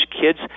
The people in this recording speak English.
kids